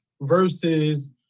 versus